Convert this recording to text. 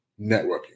networking